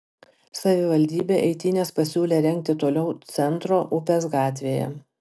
savivaldybė eitynes pasiūlė rengti toliau centro upės gatvėje